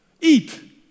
Eat